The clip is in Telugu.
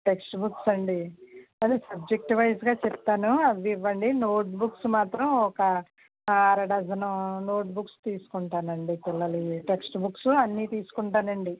టెక్స్ట్ బుక్సా అండి అది సబ్జెక్టు వైజ్గా చెప్తాను అవి ఇవ్వండి నోట్ బుక్స్ మాత్రం ఒక అరడజను నోట్ బుక్స్ తీసుకుంటానండి పిల్లలివి టెక్స్ట్ బుక్స్ అన్నీ తీసుకుంటానండి